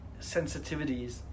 sensitivities